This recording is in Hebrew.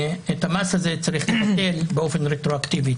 את המס הזה צריך לבטל באופן רטרואקטיבי.